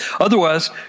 Otherwise